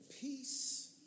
peace